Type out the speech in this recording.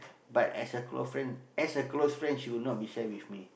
but as a close friend as a close friend she will not be share with me